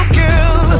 girl